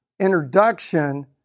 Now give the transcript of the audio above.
Introduction